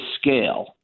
scale